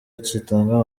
gitanga